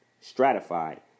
stratified